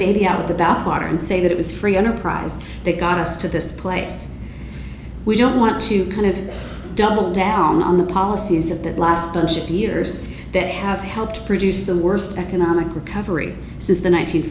baby out with the bathwater and say that it was free enterprise that got us to this place we don't want to kind of double down on the policies of the last bunch of years that have helped produce the worst economic recovery since the